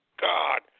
God